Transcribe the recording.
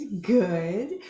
good